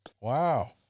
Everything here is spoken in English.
wow